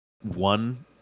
one